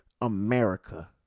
America